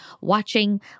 watching